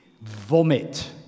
Vomit